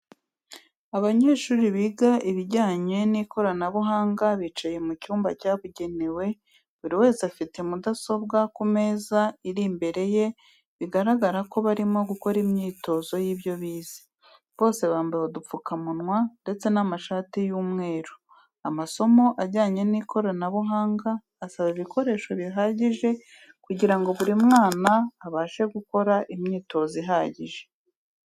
Abanyeshuri biga ibijyanye n'ikoranabuhanga bicaye mu cyumba cyabugenewe buri wese afite mudasobwa ku meza ari imbere ye bigaragara ko barimo gukora imyitozo y'ibyo bize, bose bambaye udupfukamunwa ndetse n'amashati y'umweru. Amasomo ajyanye n'ikoranabuhanga asaba ibikoreso bihagije kugira ngo buri mwana abashe gukora imyitozo ihagije.